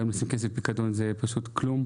היום לשים כסף בפיקדון זה לקבל כלום.